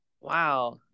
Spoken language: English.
Wow